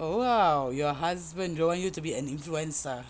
oh !wow! your husband don't want you to be an influencer